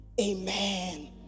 amen